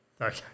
Okay